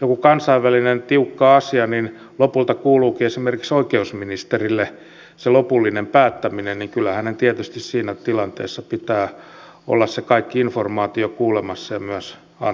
joku kansainvälinen tiukka asia lopulta kuuluukin esimerkiksi oikeusministerille se lopullinen päättäminen ja kyllä hänen tietysti siinä tilanteessa pitää olla se kaikki informaatio kuulemassa ja myös antamassa